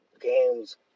games